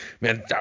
man